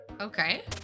Okay